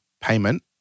payment